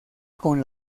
con